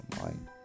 mind